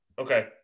Okay